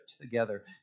together